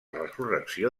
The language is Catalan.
resurrecció